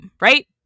right